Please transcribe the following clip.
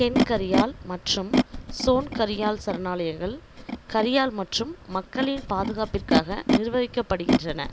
தென் கரியால் மற்றும் சோன் கரியால் சரணாலயங்கள் கரியால் மற்றும் மக்களின் பாதுகாப்பிற்காக நிர்வகிக்கப்படுகின்றன